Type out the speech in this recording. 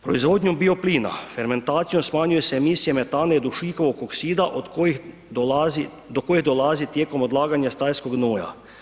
Proizvodnjom bioplina, fermentacijom smanjuje se emisija metana i dušikovog oksida do koje dolazi tijekom odlaganja stajskog gnoja.